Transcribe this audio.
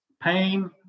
Pain